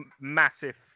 massive